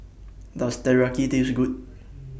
Does Teriyaki Taste Good